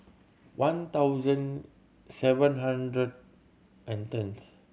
one thousand seven hundred and tenth